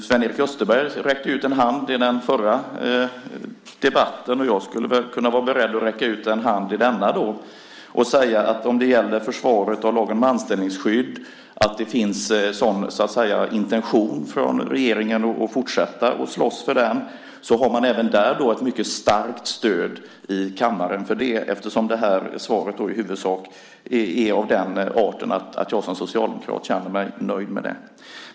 Sven-Erik Österberg räckte ut en hand i den förra debatten. Jag skulle väl kunna vara beredd att räcka ut en hand i denna och säga att om det gäller försvaret av lagen om anställningsskydd, att det finns en intention från regeringens sida att fortsätta slåss för den, har man även där ett mycket starkt stöd i kammaren, eftersom det här svaret i huvudsak är av den arten att jag som socialdemokrat känner mig nöjd med det.